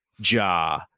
Ja